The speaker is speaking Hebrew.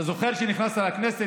אתה זוכר שכשנכנסת לכנסת,